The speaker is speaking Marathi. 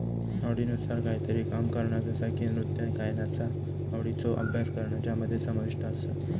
आवडीनुसार कायतरी काम करणा जसा की नृत्य गायनाचा आवडीचो अभ्यास करणा ज्यामध्ये समाविष्ट आसा